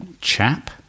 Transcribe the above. chap